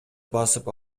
басып